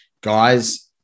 guys